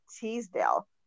Teasdale